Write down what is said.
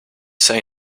say